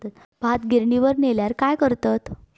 भात गिर्निवर नेल्यार काय करतत?